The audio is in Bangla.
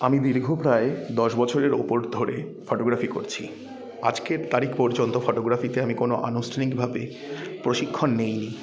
আমি দীর্ঘ প্রায় দশ বছরের ওপর ধরে ফটোগ্রাফি করছি আজকের তারিখ পর্যন্ত ফটোগ্রাফিতে আমি কোনও আনুষ্ঠানিকভাবে প্রশিক্ষণ নিইনি